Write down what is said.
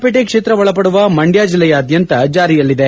ಪೇಟೆ ಕ್ಷೇತ್ರ ಒಳಪಡುವ ಮಂಡ್ಯ ಜಲ್ಲೆಯಾದ್ಯಂತ ಚಾರಿಯಲ್ಲಿದೆ